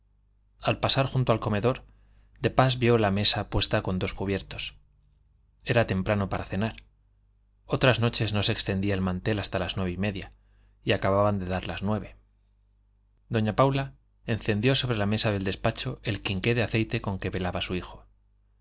al pasar junto al comedor de pas vio la mesa puesta con dos cubiertos era temprano para cenar otras noches no se extendía el mantel hasta las nueve y media y acababan de dar las nueve doña paula encendió sobre la mesa del despacho el quinqué de aceite con que velaba su hijo